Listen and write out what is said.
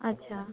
अच्छा